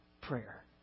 prayer